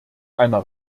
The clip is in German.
einer